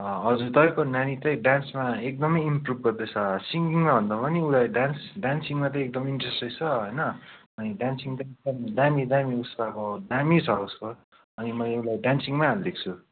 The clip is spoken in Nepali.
अँ हजुर तपाईँको नानी चाहिँ डान्समा एकदमै इम्प्रोभ गर्दैछ सिङ्गिङमा भन्दा पनि उसलाई डान्स डान्सिङमा चाहिँ एकदमै इन्टरेस्ट रहेछ होइन अनि डान्सिङ चाहिँ एकदम दामी दामी उसको अब दामी छ उसको अनि मैले उसलाई डान्सिङमा हालिदिको छु